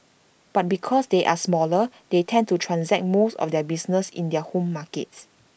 but because they are smaller they tend to transact most of their business in their home markets